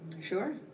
Sure